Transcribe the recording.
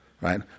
Right